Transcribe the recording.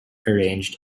arranged